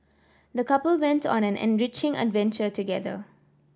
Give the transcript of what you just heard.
the couple went on an enriching adventure together